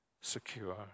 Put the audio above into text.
secure